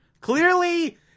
Clearly